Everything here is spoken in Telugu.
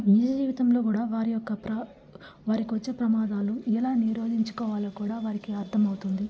నిజజీవితంలో కూడా వారియొక్క ప్ర వారికి వచ్చే ప్రమాదాలు ఎలా నిరోదించుకోవాలో కూడా వారికి అర్ధమవుతుంది